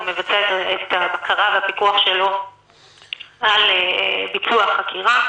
גם מבצע את הבקרה והפיקוח שלו על ביצוע החקירה.